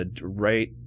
right